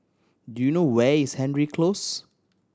do you know where is Hendry Close